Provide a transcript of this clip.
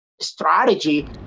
strategy